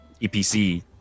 epc